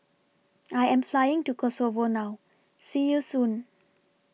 I Am Flying to Kosovo now See YOU Soon